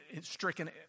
stricken